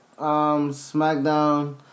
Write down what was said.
SmackDown